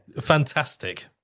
fantastic